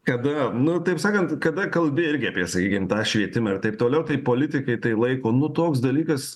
kada nu taip sakant kada kalbi irgi sakykim apie tą švietimą ir taip toliau tai politikai tai laiko nu toks dalykas